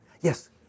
Yes